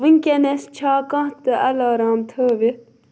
وٕنۍکٮ۪نَس چھا کانٛہہ تہِ الارام تھٲوِتھ